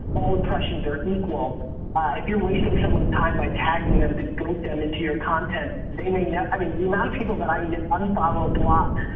all impressions are equal if you're wasting someone's time by tagging them to get them into your content, they may know, i mean the amount of people that i un-follow, block,